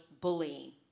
bullying